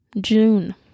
june